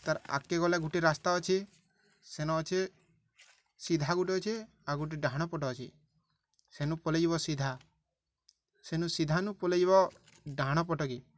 ତାର୍ ଆଗକେ ଗଲେ ଗୋଟେ ରାସ୍ତା ଅଛେ ସେନ ଅଛେ ସିଧା ଗୋଟେ ଅଛେ ଆଉ ଗୋଟେ ଡାହାଣ ପଟ ଅଛେ ସେନୁ ପଲେଇଯିବ ସିଧା ସେନୁ ସିଧାନୁ ପଲେଇଯିବ ଡାହାଣ ପଟକେ